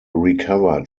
recovered